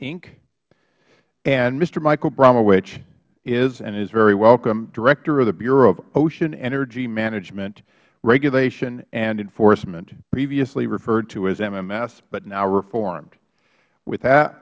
inc and mr hmichael bromwich ish and is very welcomeh director of the bureau of ocean energy management regulation and enforcement previously referred to as mms but now reformed with